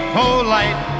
polite